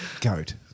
Goat